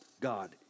God